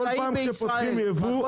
כל פעם שפותחים יבוא,